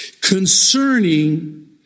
concerning